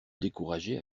décourager